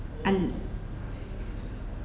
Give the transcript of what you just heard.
and